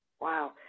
Wow